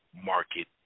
market